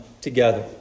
together